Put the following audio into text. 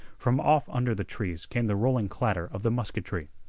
from off under the trees came the rolling clatter of the musketry.